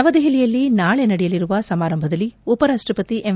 ನವದೆಹಲಿಯಲ್ಲಿ ನಾಳೆ ನಡೆಯಲಿರುವ ಸಮಾರಂಭದಲ್ಲಿ ಉಪರಾಷ್ಟಪತಿ ಎಂ